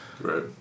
Right